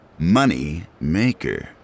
Moneymaker